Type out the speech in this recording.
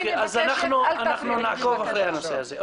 אוקיי, אז אנחנו נעקוב אחרי הנושא הזה.